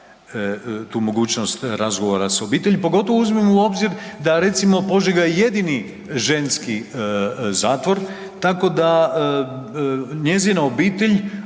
tu mogućnost razgovora s obitelji, pogotovo uzmimo u obzir da recimo Požega je jedini ženski zatvor tako da njezina obitelj,